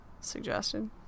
suggested